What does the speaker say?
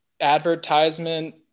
advertisement